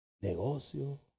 negocio